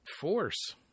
force